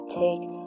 take